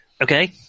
Okay